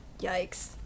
Yikes